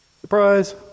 Surprise